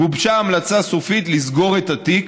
גובשה המלצה סופית לסגור את התיק,